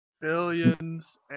billions